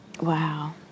Wow